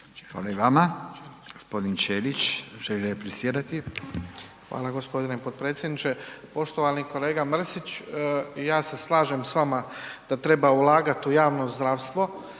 Hvala i vama. Gospodić Ćelić, želi replicirati. **Ćelić, Ivan (HDZ)** Hvala gospodine potpredsjedniče. Poštovani kolega Mrsić, ja se slažem s vama da treba ulagati u javno zdravstvo